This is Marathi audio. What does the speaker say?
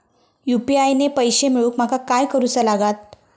यू.पी.आय ने पैशे मिळवूक माका काय करूचा लागात?